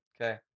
okay